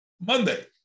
Monday